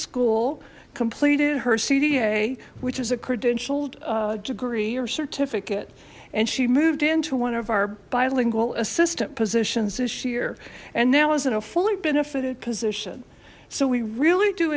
school completed her cda which is a credentialed degree or certificate and she moved into one of our bilingual assistant positions this year and now is in a fully benefited position so we really do